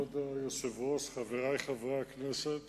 כבוד היושב-ראש, חברי חברי הכנסת,